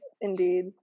Indeed